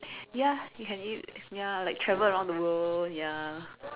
ya you can eat ya like travel around the world ya